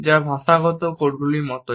যা ভাষাগত কোডগুলির মতো